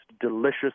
delicious